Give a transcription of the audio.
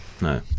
No